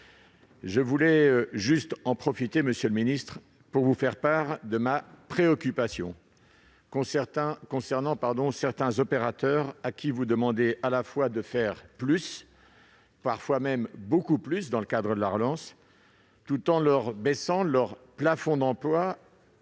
Je voulais profiter de son examen, monsieur le ministre, pour vous faire part de ma préoccupation concernant certains opérateurs à qui vous demandez de faire plus et, parfois, beaucoup plus dans le cadre de la relance, tout en baissant leur plafond d'emplois,